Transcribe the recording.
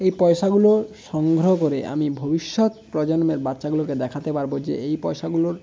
এই পয়সাগুলো সংগ্রহ করে আমি ভবিষ্যৎ প্রজন্মের বাচ্চাগুলোকে দেখাতে পারবো যে এই পয়সাগুলোর